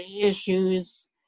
issues